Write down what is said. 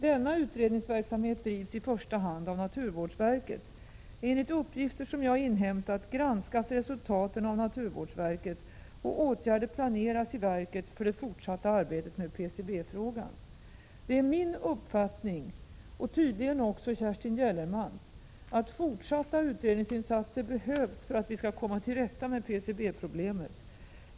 Denna utredningsverksamhet drivs i första hand av naturvårdsverket. Enligt uppgifter som jag inhämtat granskas resultaten av naturvårdsverket, och åtgärder planeras i verket för det fortsatta arbetet med PCB-frågan. Det är min uppfattning — och tydligen också Kerstin Gellermans — att fortsatta utredningsinsatser behövs för att vi skall kunna komma till rätta med PCB-problemet.